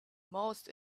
most